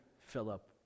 Philip